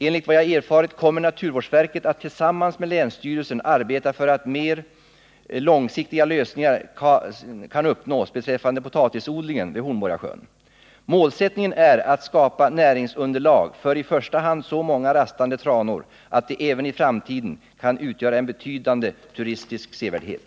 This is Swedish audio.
Enligt vad jag erfarit kommer naturvårdsverket att tillsammans med länsstyrelsen arbeta för att mer långsiktiga lösningar kan uppnås beträffande potatisodlingen vid Hornborgasjön. Målsättningen är att skapa näringsunderlag för i första hand så många rastande tranor att de även i framtiden kan utgöra en betydande turistisk sevärdhet.